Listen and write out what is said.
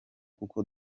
kuko